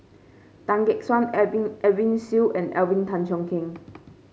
Tan Gek Suan Edwin Siew and Alvin Tan Cheong Kheng